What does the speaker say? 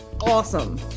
awesome